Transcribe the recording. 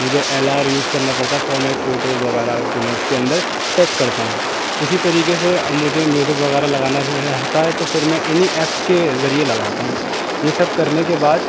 مجھے L R use کرنا پڑتا ہے فور مائی فوٹوز وغیرہ جو میں اس کے اندر ٹیگ کرتا ہوں اسی طریقے سے مجھے میوزک وغیرہ لگانا رہتا ہے تو پھر میں انہیں ایپس کے ذریعے لگاتا ہوں یہ سب کرنے کے بعد